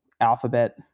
alphabet